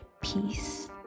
peace